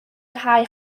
nghae